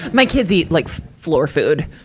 my kids eat like floor food,